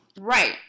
Right